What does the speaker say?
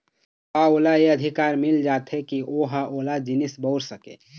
त ओला ये अधिकार मिल जाथे के ओहा ओ जिनिस बउर सकय